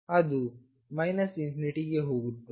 ಅದು ∞ಗೆ ಹೋಗುತ್ತದೆ